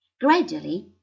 Gradually